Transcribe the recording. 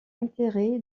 enterré